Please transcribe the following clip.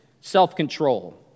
self-control